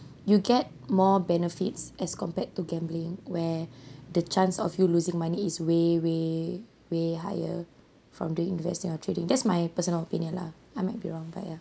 you get more benefits as compared to gambling where the chance of you losing money is way way way higher from the investing or trading that's my personal opinion lah I might be wrong but ya